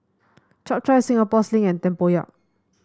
Chap Chai Singapore Sling and tempoyak